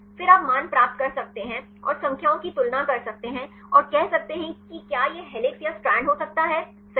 फिर आप मान प्राप्त कर सकते हैं और संख्याओं की तुलना कर सकते हैं और कह सकते हैं कि क्या यह हेलिक्स या स्ट्रैंड हो सकता है सही